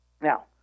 Now